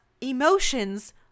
emotions